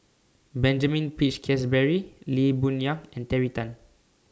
Benjamin Peach Keasberry Lee Boon Yang and Terry Tan